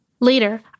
Later